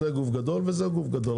זה גוף גדול וזה גוף גדול,